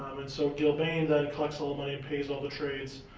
and so gillbane then collects all the money and pays all the trades.